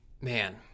man